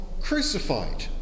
crucified